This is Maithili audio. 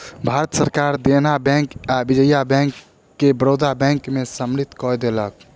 भारत सरकार देना बैंक आ विजया बैंक के बड़ौदा बैंक में सम्मलित कय देलक